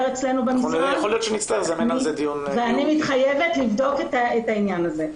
אצלנו במשרד ואני מתחייבת לבדוק את העניין הזה.